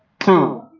to